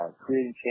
creating